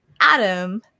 adam